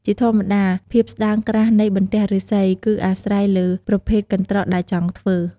ជាធម្មតា ភាពស្ដើងក្រាស់នៃបន្ទះឫស្សី គឺអាស្រ័យលើប្រភេទកន្រ្តកដែលចង់ធ្វើ។